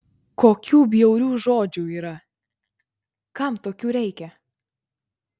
kokių bjaurių žodžių yra kam tokių reikia